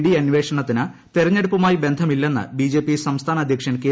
D അന്വേഷണത്തിന് തെരഞ്ഞെടുപ്പുമായി ബന്ധമില്ലെന്ന് ബിജെപി സംസ്ഥാന അധ്യക്ഷൻ കെ